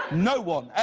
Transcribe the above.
no one.